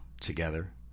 together